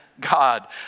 God